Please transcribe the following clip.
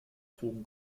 drogen